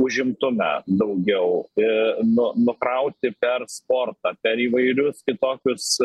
užimtume daugiau į nu nukrauti per sportą per įvairius kitokius